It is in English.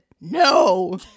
no